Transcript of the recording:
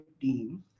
team